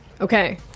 Okay